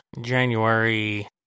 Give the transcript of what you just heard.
January